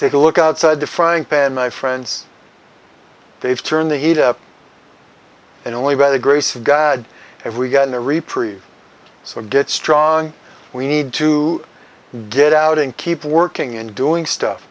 take a look outside the frying pan my friends they've turned the heat up and only by the grace of god if we got in a reprieve so get strong we need to get out and keep working and doing stuff